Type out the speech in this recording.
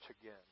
again